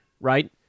right